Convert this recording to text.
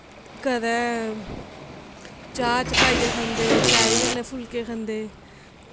कदैं चा च पाईऐ खंदे चाई कन्नै फूलके खंदे